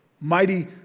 Mighty